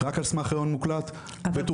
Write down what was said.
רק על סמך ראיון מוקלט.